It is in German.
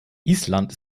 island